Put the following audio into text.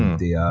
the, um.